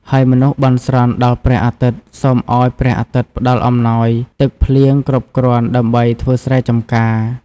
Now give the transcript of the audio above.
ហើយមនុស្សបន់ស្រន់ដល់ព្រះអាទិត្យសុំឱ្យព្រះអាទិត្យផ្តល់អំណោយទឹកភ្លៀងគ្រប់គ្រាន់ដើម្បីធ្វើស្រែចម្ការ។